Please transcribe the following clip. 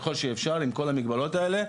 ככל שאפשר עם כל המגבלות האלה.